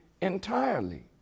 entirely